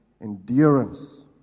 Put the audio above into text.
endurance